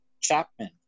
Chapman